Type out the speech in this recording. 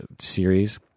series